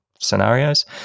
scenarios